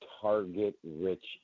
target-rich